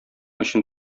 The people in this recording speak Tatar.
өчен